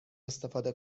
استفاده